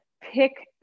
pick